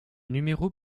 numéros